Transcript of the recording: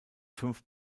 fünf